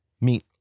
Meet